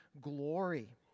glory